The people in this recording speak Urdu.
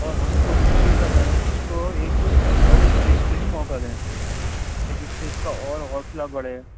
اور ہم کوشش یہ کر رہے ہیں اس کو ایک بڑے اسٹیج پہ بھی موقع دیں کہ جس سے اس کا اور حوصلہ بڑھے